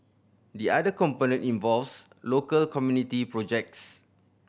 the other component involves local community projects